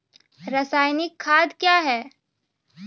रसायनिक खाद कया हैं?